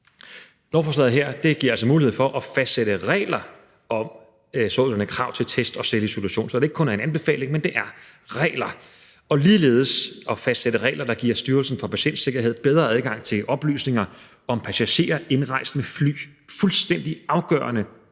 Lovforslaget her giver altså mulighed for at fastsætte regler om sådanne krav til test og selvisolation, så det ikke kun er en anbefaling, men er regler. Og ligeledes er der mulighed for at fastsætte regler, der giver Styrelsen for Patientsikkerhed bedre adgang til oplysninger om passagerer indrejst med fly. Det er fuldstændig afgørende,